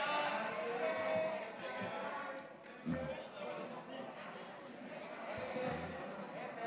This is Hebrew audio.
ההצעה להעביר את הצעת חוק-יסוד: משאל עם (תיקון,